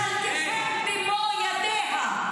אותה ממשלתכם במו-ידיה.